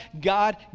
God